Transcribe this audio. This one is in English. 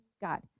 God